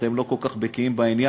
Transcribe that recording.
אתם לא כל כך בקיאים בעניין,